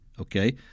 okay